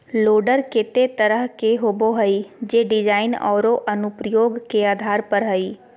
loader केते तरह के होबो हइ, जे डिज़ाइन औरो अनुप्रयोग के आधार पर हइ